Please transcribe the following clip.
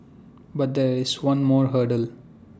but there is one more hurdle